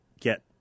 get